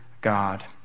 God